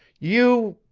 you.